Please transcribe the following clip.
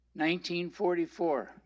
1944